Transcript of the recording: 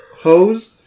hose